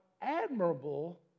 admirable